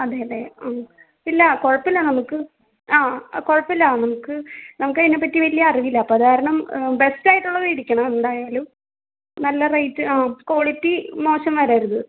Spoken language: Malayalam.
അതെ അതെ ഇല്ല കുഴപ്പമില്ല നമുക്ക് ആ കുഴപ്പമില്ല നമുക്ക് നമുക്കതിനെപ്പറ്റി വലിയ അറിവില്ല അപ്പം അത് കാരണം ബെസ്റ്റായിട്ടുള്ളത് ഇരിക്കണം എന്തായാലും നല്ല റേറ്റ് ആ ക്വാളിറ്റി മോശം വരരുത്